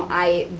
i,